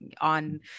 on